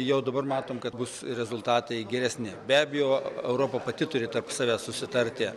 jau dabar matom kad bus rezultatai geresni be abejo europa pati turi tarp savęs susitarti